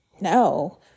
no